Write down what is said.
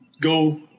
go